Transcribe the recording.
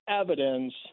evidence